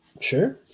Sure